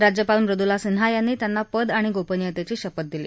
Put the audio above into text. राज्यपाल मृदुला सिन्हा यांनी त्यांना पद आणि गोपनियतेची शपथ दिली